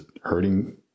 hurting